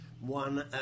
one